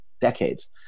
decades